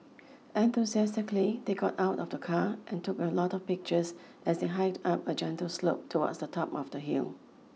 enthusiastically they got out of the car and took a lot of pictures as they hiked up a gentle slope towards the top of the hill